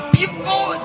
people